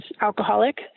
alcoholic